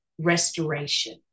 restoration